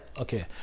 okay